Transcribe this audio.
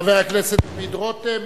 חבר הכנסת דוד רותם,